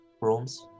rooms